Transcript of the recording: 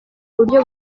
buryo